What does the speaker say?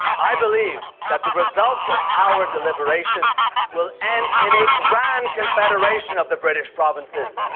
i believe that the results of our deliberations will end in a grand confederation of the british provinces,